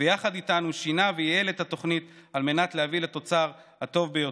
ויחד איתנו שינה וייעל את התוכנית על מנת להביא לתוצר הטוב ביותר,